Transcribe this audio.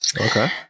Okay